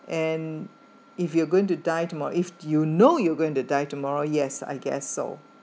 and if you going to die tomo~ if you know you going to die tomorrow yes I guess so